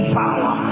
power